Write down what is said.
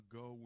go